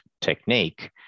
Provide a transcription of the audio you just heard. technique